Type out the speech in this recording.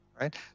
right